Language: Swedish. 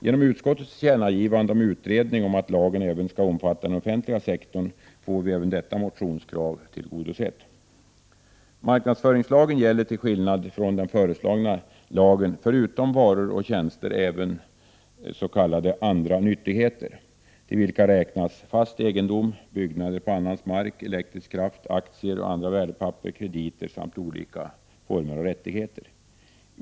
Genom utskottets tillkännagivande om utredning om att lagen även skall omfatta den offentliga sektorn får vi även detta motionskrav tillgodosett. värdepapper, krediter samt olika slag av rättigheter.